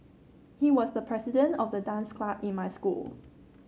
he was the president of the dance club in my school